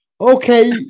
okay